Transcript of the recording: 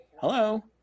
Hello